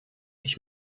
ich